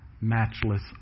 matchless